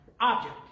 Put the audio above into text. object